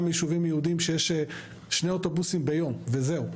מיישובים יהודים שיש שני אוטובוסים ביום וזהו.